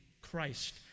Christ